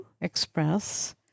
Express